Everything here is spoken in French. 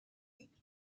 sud